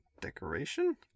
decoration